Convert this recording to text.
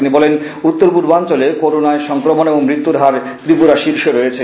তিনি বলেন উত্তরপূর্বাঞ্চলে করোনায় সংক্রমণ এবং মৃত্যু হার ত্রিপুরা শীর্ষে রয়েছে